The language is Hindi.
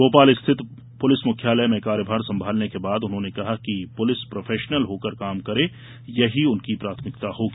भोपाल रिथित पुलिस मुख्यालय में कार्यभार संभालने के बाद उन्होंने कहा कि पुलिस प्रोफेशनल होकर काम करें यही उनकी प्राथमिकता होगी